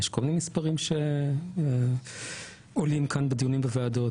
יש כל מיני מספרים שעולים כאן בדיונים בוועדות.